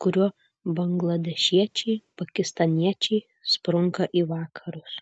kuriuo bangladešiečiai pakistaniečiai sprunka į vakarus